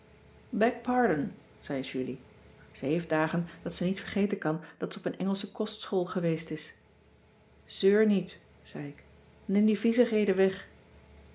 zei julie ze heeft dagen dat ze niet vergeten kan dat ze op een engelsche kostschool geweest is zeur niet zei ik neem die viezigheden weg